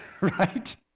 right